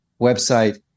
website